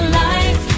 life